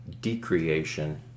decreation